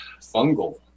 fungal